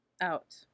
Out